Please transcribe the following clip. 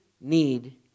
need